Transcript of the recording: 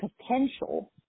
potential